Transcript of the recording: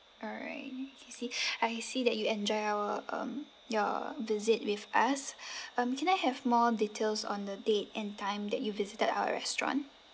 alright can see I see that you enjoyed our um your visit with us um can I have more details on the date and time that you visited our restaurant